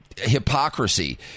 hypocrisy